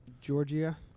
Georgia